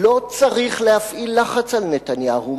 לא צריך להפעיל לחץ על נתניהו,